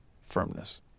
firmness